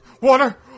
Water